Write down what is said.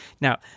now